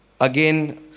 again